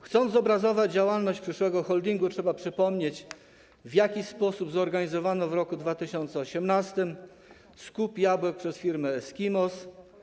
Chcąc zobrazować działalność przyszłego holdingu, trzeba przypomnieć, w jaki sposób zorganizowano w roku 2018 skup jabłek przez firmę Eskimos.